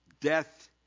death